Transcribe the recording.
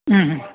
ꯎꯝ